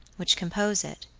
which compose it.